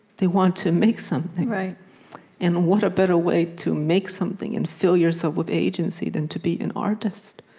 they want to make something. and what a better way to make something and feel yourself with agency than to be an artist?